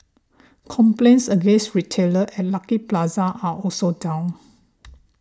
complaints against retailer at Lucky Plaza are also down